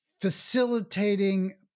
facilitating